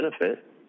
benefit